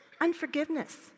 unforgiveness